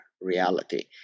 reality